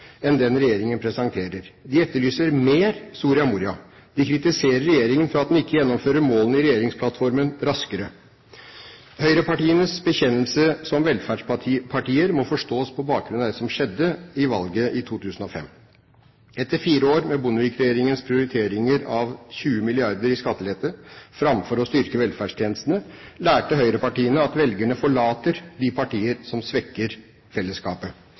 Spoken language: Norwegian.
enn den regjeringen presenterer. De etterlyser mer Soria Moria. De kritiserer regjeringen for at den ikke gjennomfører målene i regjeringsplattformen raskere. Høyrepartienes bekjennelse som velferdspartier må forstås på bakgrunn av det som skjedde ved valget i 2005. Etter fire år med Bondevik-regjeringens prioritering av 20 mrd. kr i skattelette framfor å styrke velferdstjenestene lærte høyrepartiene at velgerne forlater de partier som svekker fellesskapet.